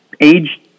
age